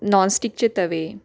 नॉनस्टिकचे तवे